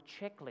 checklist